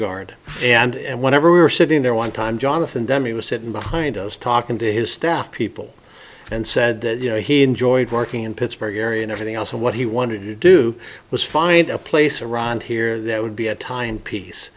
guard and whenever we were sitting there one time jonathan demme he was sitting behind us talking to his staff people and said you know he enjoyed working in pittsburgh area and everything else and what he wanted to do was find a place around here that would be a time piece